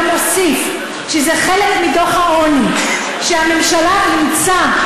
מוסיף שזה חלק מהדוח שהממשלה אימצה,